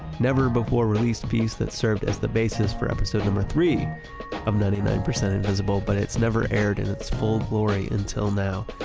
never-before-released piece that served as the basis for episode number three of ninety nine percent invisible, but it's never aired in its full glory until now.